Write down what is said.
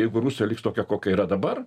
jeigu rusija liks tokia kokia yra dabar